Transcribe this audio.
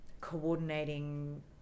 coordinating